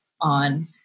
on